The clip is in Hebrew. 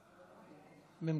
אותך,